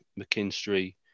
McKinstry